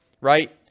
right